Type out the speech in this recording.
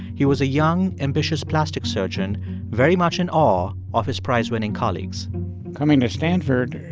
he was a young, ambitious plastic surgeon very much in awe of his prize-winning colleagues coming to stanford, i